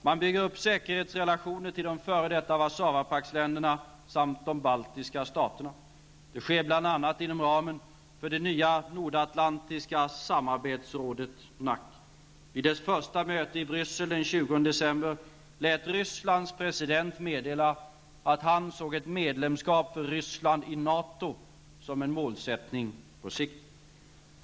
Man bygger upp säkerhetsrelationer till de f.d. Warszawapaktsländerna samt de baltiska staterna. Det sker bl.a. inom ramen för det nya Rysslands president meddela att han såg ett medlemskap för Ryssland i NATO som en målsättning på sikt.